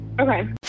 Okay